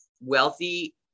wealthy